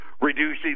reducing